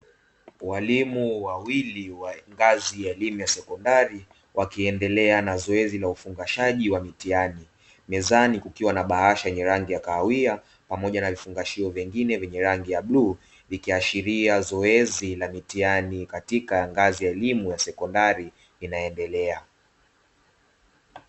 Walimu wawili wa ngazi ya elimu ya sekondari wakiendelea na zoezi la ufungashaji wa mitihani, mezani kukiwa na bahasha ya rangi ya kahawia pamoja na vifungashio vingine vyenye rangi ya bluu ikiashiria zoezi Ila mitihani katika ngazi ya elimu ya sekondari inaendelea.